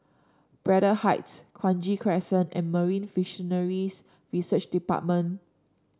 Braddell Heights Kranji Crescent and Marine Fisheries Research Department